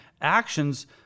actions